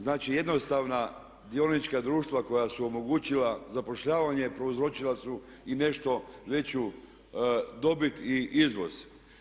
Znači, jednostavna dionička društva koja su omogućila zapošljavanje prouzročila su i nešto veću dobit i izvoz.